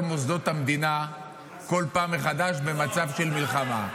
מוסדות המדינה כל פעם מחדש במצב של מלחמה.